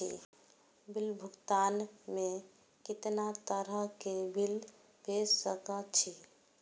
Bill भुगतान में कितना तरह के बिल भेज सके छी?